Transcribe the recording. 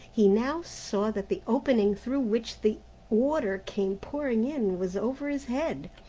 he now saw that the opening through which the water came pouring in was over his head,